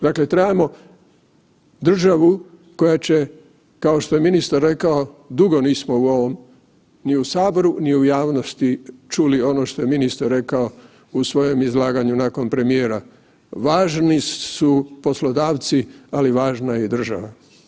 Dakle, trebamo državu koja će, kao što je ministar rekao, dugo nismo u ovom ni u saboru, ni u javnosti čuli ono što je ministar rekao u svojem izlaganju nakon premijera, važni su poslodavci, ali važna je i država.